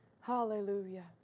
Hallelujah